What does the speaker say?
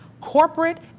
corporate